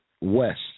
West